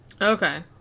Okay